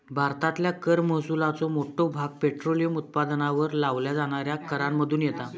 भारतातल्या कर महसुलाचो मोठो भाग पेट्रोलियम उत्पादनांवर लावल्या जाणाऱ्या करांमधुन येता